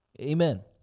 Amen